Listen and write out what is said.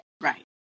Right